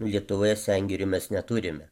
lietuvoje sengirių mes neturime